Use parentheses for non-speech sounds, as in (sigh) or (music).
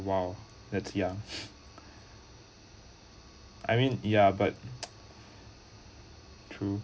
!wow! that's young (noise) I mean ya but true